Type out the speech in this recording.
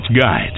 Guide